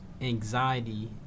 anxiety